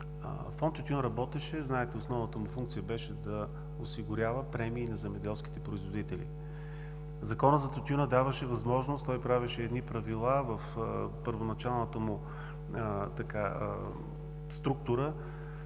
Фонд „Тютюн“ работеше – знаете, и основната му функция беше да осигурява премии на земеделските производители. Законът за тютюна даваше възможност – правеше едни правила в първоначалната му структура,